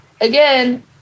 again